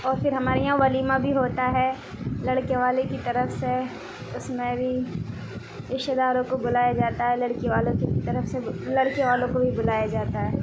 اور پھر ہمارے یہاں ولیمہ بھی ہوتا ہے لڑکے والے کی طرف سے اس میں بھی رشتے داروں کو بلایا جاتا ہے لڑکی والوں کی طرف سے لڑکے والوں کو بھی بلایا جاتا ہے